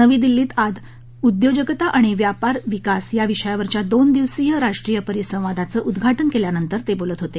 नवी दिल्लीत आज उद्योजकता आणि व्यापार विकास या विषयावरच्या दोन दिवसीय राष्ट्रीय परिसंवादाचं उद्घाटन केल्यानंतर ते बोलत होते